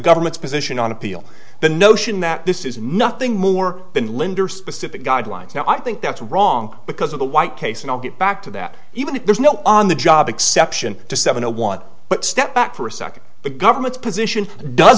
government's position on appeal the notion that this is nothing more than linder specific guidelines now i think that's wrong because of the white case and i'll get back to that even if there's no on the job exception to seven a one but step back for a second the government's position does